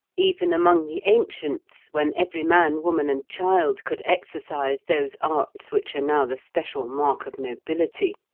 even among the ancients, when every man, woman, and child could exercise those arts which are now the special mark of nobility,